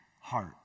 heart